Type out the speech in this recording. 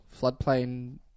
Floodplain